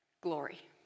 Glory